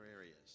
areas